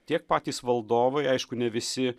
tiek patys valdovai aišku ne visi